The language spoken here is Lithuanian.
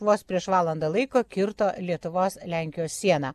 vos prieš valandą laiko kirto lietuvos lenkijos sieną